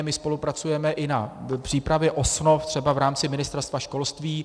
My spolupracujeme i na přípravě osnov třeba v rámci Ministerstva školství.